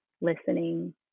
listening